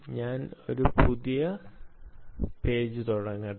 ഞാൻ ഒരു പുതിയ കടലാസിൽ എഴുതട്ടെ